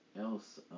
else